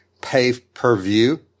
pay-per-view